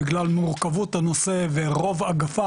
בגלל מורכבות הנושא ורוב אגפיו,